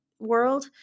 world